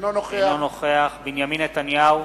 אינו נוכח בנימין נתניהו,